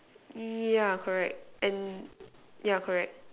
yeah correct and yeah correct